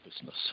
business